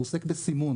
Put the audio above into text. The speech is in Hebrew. הוא עוסק בסימון.